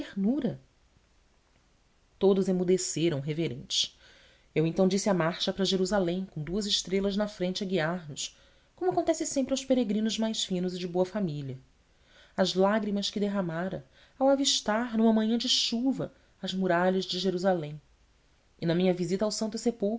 ternura todos emudeceram reverentes eu então disse a marcha para jerusalém com duas estrelas na frente a guiar nos como acontece sempre aos peregrinos mais finos e de boa família as lágrimas que derramara ao avistar numa manhã de chuva as muralhas de jerusalém e na minha visita ao santo